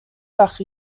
par